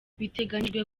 biteganyijwe